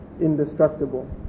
indestructible